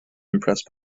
impressed